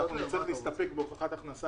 נצטרך להסתפק בהוכחת הכנסה.